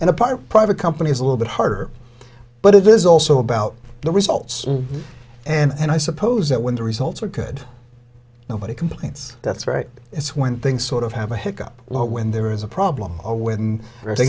part private company is a little bit harder but it is also about the results and i suppose that when the results are good nobody complains that's right it's when things sort of have a hick up low when there is a problem or when the